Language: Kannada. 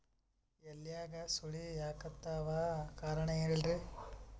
ಎಲ್ಯಾಗ ಸುಳಿ ಯಾಕಾತ್ತಾವ ಕಾರಣ ಹೇಳ್ರಿ?